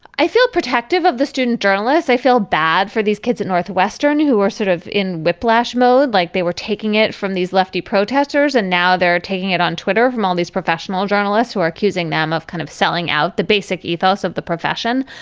i feel protective of the student journalists. i feel bad for these kids at northwestern who are sort of in whiplash mode like they were taking it from these lefty protesters and now they're taking it on twitter from all these professional journalists who are accusing them of kind of selling out the basic ethos of the profession.